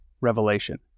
revelation